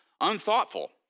unthoughtful